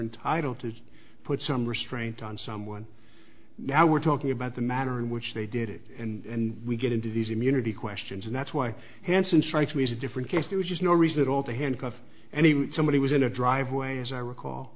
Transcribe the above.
entitled to put some restraint on someone now we're talking about the manner in which they did it and we get into these immunity questions and that's why hansen strikes me as a different case which is no reason at all to handcuff anyone somebody was in a driveway as i recall